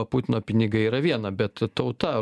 putino pinigai yra viena bet tauta